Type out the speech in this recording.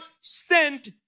sent